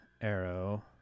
arrow